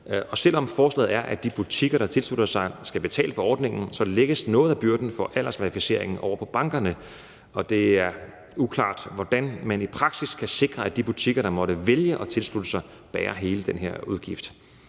om det af forslaget fremgår, at de butikker, der tilslutter sig, skal betale for ordningen, lægges noget af byrden for aldersverificering over på bankerne, og det er uklart, hvordan man i praksis kan sikre, at de butikker, der måtte vælge at tilslutte sig, bærer hele den her udgift.